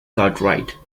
cartwright